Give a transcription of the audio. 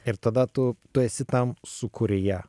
ir tada tu tu esi tam sūkuryje